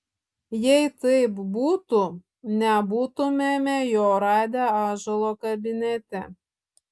jei taip būtų nebūtumėme jo radę ąžuolo kabinete